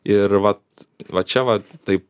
ir vat va čia va taip